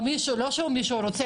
לא את מי שהוא רוצה